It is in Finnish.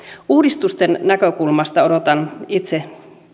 uudistusten näkökulmasta odotan itse